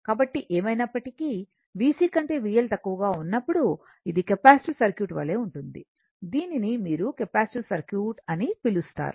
కాబట్టి ఏమైనప్పటికీ VC కంటే VL తక్కువగా ఉన్నప్పుడు ఇది కెపాసిటివ్ సర్క్యూట్ వలె ఉంటుంది దీనిని మీరు కెపాసిటివ్ సర్క్యూట్ అని పిలుస్తారు